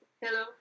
Hello